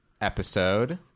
Episode